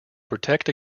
protect